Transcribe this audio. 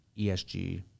ESG